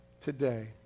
today